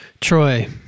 Troy